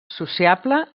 sociable